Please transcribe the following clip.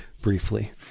briefly